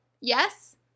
yes